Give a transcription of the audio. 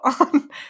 on